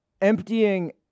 emptying